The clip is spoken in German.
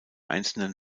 einzelnen